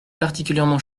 particulièrement